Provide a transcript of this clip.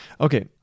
Okay